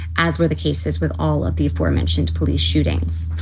as were the cases with all of the aforementioned police shootings.